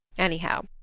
anyhow,